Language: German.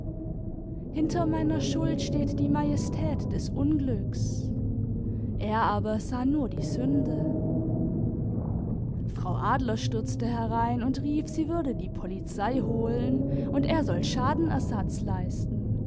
hinter meiner schuld steht die majestät des unglücks er aber sah nur die snde frau adler stürzte herein imd rief sie würde die polizei holen und er soll schadenersatz leisten